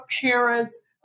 parents